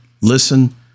listen